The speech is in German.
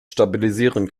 stabilisieren